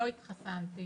לא התחסנתי